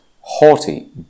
haughty